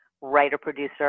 writer-producer